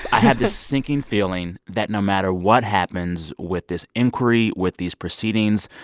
i have this sinking feeling that no matter what happens with this inquiry, with these proceedings,